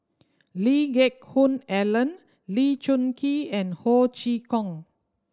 Lee Geck Hoon Ellen Lee Choon Kee and Ho Chee Kong